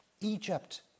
Egypt